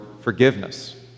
forgiveness